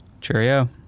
Cheerio